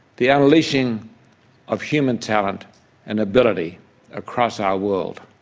the unleashing of human talent and ability across our world.